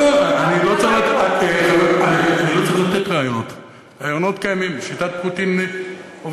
אל תיתן רעיונות, חבר הכנסת גילאון.